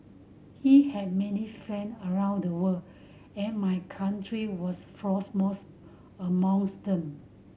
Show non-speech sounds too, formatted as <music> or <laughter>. he had many friend around the world and my country was <unintelligible> most amongst them